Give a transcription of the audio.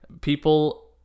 people